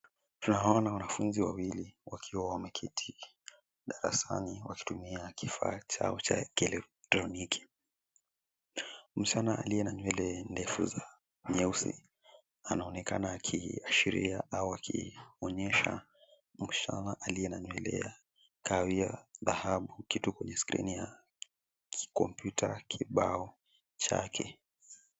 Tunawaona wanafunzi wawili wakiwa wameketi darasani wakitumia kifaa chao cha kielektroniki. Msichana aliye na nywele ndefu nyeusi anaonekana kuonyesha msichana aliye na nywele kawia ya dhahabu kitu kwenye skrini ya kikompyuta kibao chake.